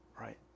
right